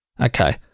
Okay